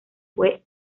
fue